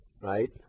right